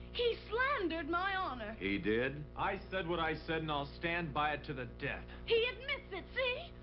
he slandered my honor! he did? i said what i said, and i'll stand by it to the death. he admits it! see?